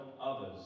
others